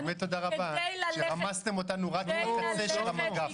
-- באמת תודה רבה שרמסתם אותנו רק בקצה של המגף.